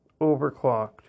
overclocked